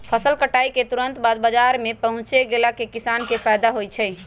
फसल कटाई के तुरत बाद बाजार में पहुच गेला से किसान के फायदा होई छई